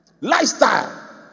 lifestyle